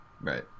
right